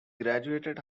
graduated